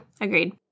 agreed